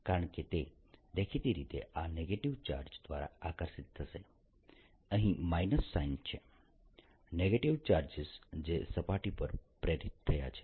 કારણ કે તે દેખીતી રીતે આ નેગેટીવ ચાર્જ દ્વારા આકર્ષિત થશે અહીં માયનસ સાઈન છે નેગેટીવ ચાર્જીસ જે સપાટી પર પ્રેરિત થયા છે